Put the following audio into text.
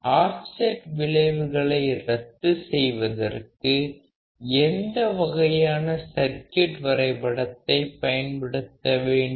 offset விளைவுகளை ரத்து செய்வதற்கு எந்த வகையான சர்க்யூட் வரைபடத்தை பயன்படுத்த வேண்டும்